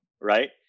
right